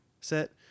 set